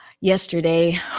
Yesterday